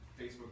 Facebook